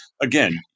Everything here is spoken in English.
again